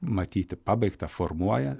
matyti pabaigtą formuoja